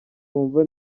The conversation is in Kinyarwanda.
wumva